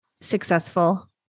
successful